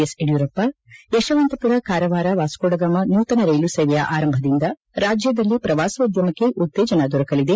S Yediyurappa ಯಶವಂತಮರ ಕಾರವಾರ ವಾಸ್ಕೋಡಗಾಮ ನೂತನ ರೈಲು ಸೇವೆಯ ಆರಂಭದಿಂದ ರಾಜ್ಯದಲ್ಲಿ ಪ್ರವಾಸೋದ್ಯಮಕ್ಕೆ ಉತ್ತೇಜನ ದೊರಕಲಿದೆ